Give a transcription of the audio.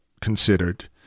considered